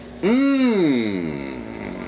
Mmm